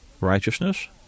righteousness